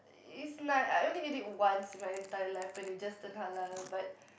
is my I only eat it once in my entire like when it just turned halal but